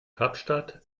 kapstadt